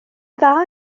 dda